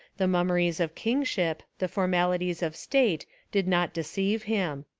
the mummeries of kingship, the formalities of state did not de ceive him.